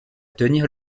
tenir